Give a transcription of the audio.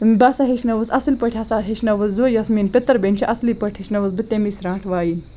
بہٕ ہَسا ہیٚچھنٲوِس اصٕل پٲٹھۍ ہَسا ہیٚچھنٲوِس بہٕ یۄس میٲنٛۍ پَتِر بیٚنہِ چھِ اصلی پٲٹھۍ ہیٚچھنٲوِس بہٕ تمی سرانٛٹھ وایِنۍ